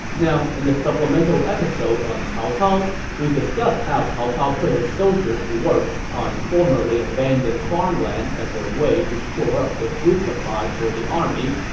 now, in the supplemental episode on cao cao we discussed how cao cao put his soldiers to work on formerly abandoned farmland as a way to shore up the food supply for the army,